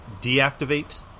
deactivate